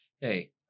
hey